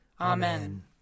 Amen